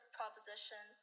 proposition